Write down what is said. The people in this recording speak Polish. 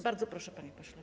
Bardzo proszę, panie pośle.